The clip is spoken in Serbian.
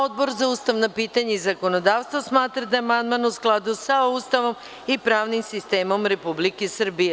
Odbor za ustavna pitanja i zakonodavstvo smatra da je amandman u skladu sa Ustavom i pravnim sistemom Republike Srbije.